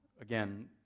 again